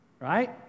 Right